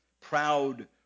Proud